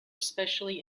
especially